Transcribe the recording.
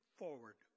forward